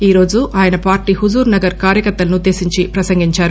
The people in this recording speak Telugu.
ఈరోజు ఆయన పార్టీ హుజూర్ నగర్ కార్యకర్తలనుద్దేశించి ప్రసంగించారు